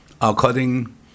according